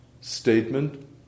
statement